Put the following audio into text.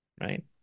right